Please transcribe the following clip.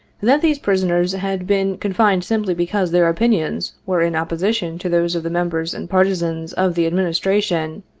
that these prisoners had been confined simply because their opinions were in opposition to those of the members and partisans of the administration,